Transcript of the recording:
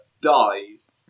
dies